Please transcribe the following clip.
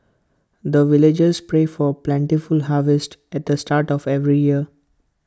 the villagers pray for plentiful harvest at the start of every year